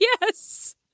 Yes